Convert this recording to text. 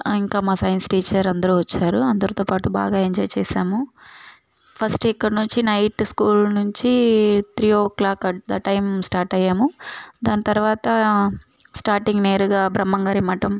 ఇంకా మా science teacher అందరూ వచ్చారు అందరితోపాటు బాగా ఎంజాయ్ చేసాము ఫస్ట్ ఇక్కడ నుంచి నైట్ స్కూల్ నుంచి three o'clock at the time start అయ్యాము దాన్ తర్వాత స్టార్టింగ్ నేరుగా బ్రహ్మంగారిమఠం